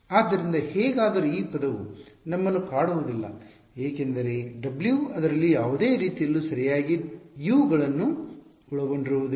ಆದ್ದರಿಂದ ಹೇಗಾದರೂ ಈ ಪದವು ನಮ್ಮನ್ನು ಕಾಡುವುದಿಲ್ಲ ಏಕೆಂದರೆ W ಅದರಲ್ಲಿ ಯಾವುದೇ ರೀತಿಯಲ್ಲೂ ಸರಿಯಾಗಿ U ಗಳನ್ನು ಒಳಗೊಂಡಿರುವುದಿಲ್ಲ